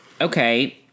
okay